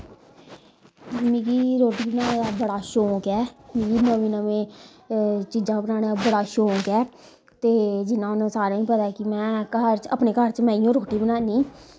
मिकी रोटी बनाने दा बड़ा शौंक ऐ मिकी नमीं नमीं चीजां बनाने दा बड़ा शौंक ऐ ते जियां हून सारें गी पता ऐ कि मैं घर च अपने घर च मैं ईयो रोटी बनानी